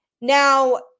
Now